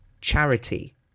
charity